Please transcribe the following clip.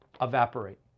evaporate